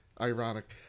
Ironic